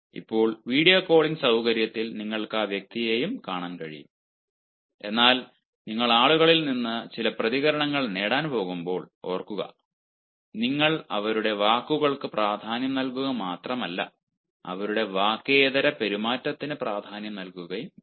ഇപ്പോൾ video calling സൌകര്യത്തിൽ നിങ്ങൾക്ക് ആ വ്യക്തിയെയും കാണാൻ കഴിയും എന്നാൽ നിങ്ങൾ ആളുകളിൽ നിന്ന് ചില പ്രതികരണങ്ങൾ നേടാൻ പോകുമ്പോൾ ഓർക്കുക നിങ്ങൾ അവരുടെ വാക്കുകൾക്ക് പ്രാധാന്യം നൽകുക മാത്രമല്ല അവരുടെ വാക്കേതര പെരുമാറ്റത്തിന് പ്രാധാന്യം നൽകുകയും വേണം